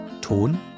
Ton